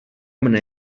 mne